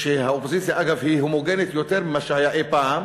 והאופוזיציה, אגב, הומוגנית יותר ממה שהיה אי-פעם